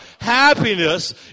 happiness